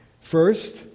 First